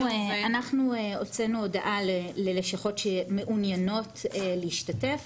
הוצאנו הודעה ללשכות שמעוניינות להשתתף